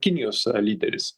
kinijos lyderis